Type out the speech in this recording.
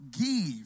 Give